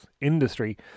industry